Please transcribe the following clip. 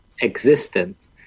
existence